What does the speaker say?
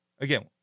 Again